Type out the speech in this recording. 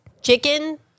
Chicken